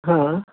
हा